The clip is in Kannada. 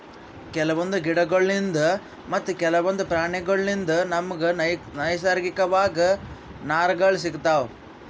ಕೆಲವೊಂದ್ ಗಿಡಗೋಳ್ಳಿನ್ದ್ ಮತ್ತ್ ಕೆಲವೊಂದ್ ಪ್ರಾಣಿಗೋಳ್ಳಿನ್ದ್ ನಮ್ಗ್ ನೈಸರ್ಗಿಕವಾಗ್ ನಾರ್ಗಳ್ ಸಿಗತಾವ್